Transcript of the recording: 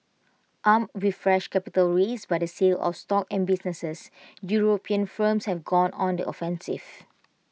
armed with fresh capital raised by the sale of stock and businesses european firms have gone on the offensive